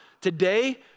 Today